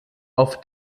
auf